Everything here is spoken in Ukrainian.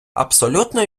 абсолютно